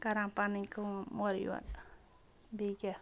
کَران پَنٕنۍ کٲم اورٕ یورٕ بیٚیہِ کیٛاہ